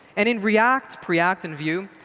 and in react, preact, and vue,